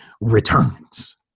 returns